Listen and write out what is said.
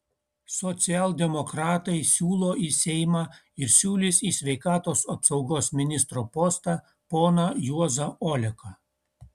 socialdemokratai siūlo į seimą ir siūlys į sveikatos apsaugos ministro postą poną juozą oleką